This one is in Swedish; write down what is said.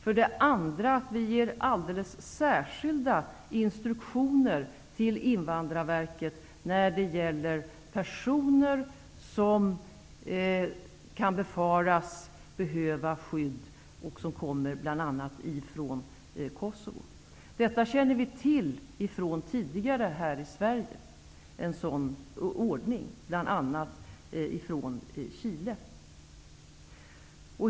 Vi ger också alldeles särskilda instruktioner till Invandrarverket när det gäller personer som kan befaras behöva skydd och som kommer bl.a. från Kosovo. En sådan ordning känner vi i Sverige till från tidigare, bl.a. när det gäller flyktingar från Chile.